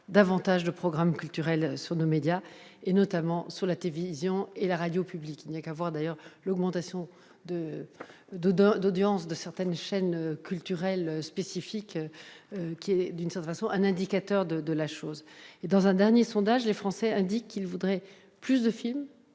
davantage de programmes culturels sur nos médias, notamment sur la télévision et la radio publiques. D'ailleurs, l'augmentation d'audience de certaines chaînes culturelles spécifiques constitue d'une certaine façon un indicateur de cette demande. Dans un récent sondage, les Français indiquaient qu'ils voudraient plus de films-